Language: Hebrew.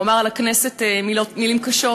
הוא אמר על הכנסת מילים קשות,